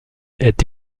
est